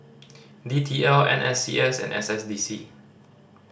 D T L N S C S and S S D C